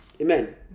Amen